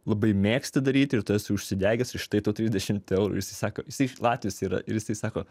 labai mėgsti daryti ir tu esi užsidegęs ir štai tau trisdešimt eurų ir jisai sako jisai latvis yra ir jisai sako